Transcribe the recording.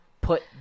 put